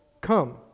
come